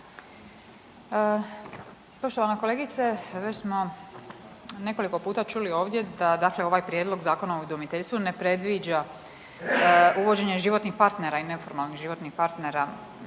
Poštovana kolegice. Već smo nekoliko puta čuli ovdje da ovaj prijedlog Zakona o udomiteljstvu ne predviđa uvođenje životnih partnera i neformalnih životnih partnera